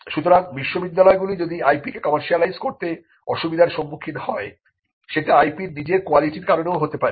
সুতরাং বিশ্ববিদ্যালয়গুলি যদি IP কে কমার্শিয়ালাইস করতে অসুবিধা র সম্মুখীন হয় সেটা IP র নিজের কোয়ালিটির কারণেও হতে পারে